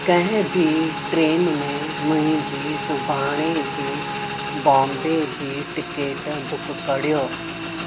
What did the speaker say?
कंहिं बि ट्रेन में मुंहिंजी सुभाणे जी बॉम्बे जी टिकिट बुक करियो